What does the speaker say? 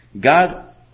God